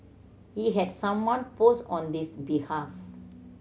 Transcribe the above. he had someone post on this behalf